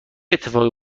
اتفاقی